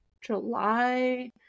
july